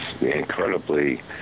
incredibly